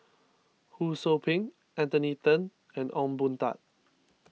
Ho Sou Ping Anthony then and Ong Boon Tat